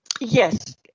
Yes